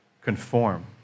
conform